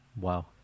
Wow